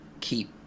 keep